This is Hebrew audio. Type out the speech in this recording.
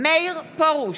מאיר פרוש,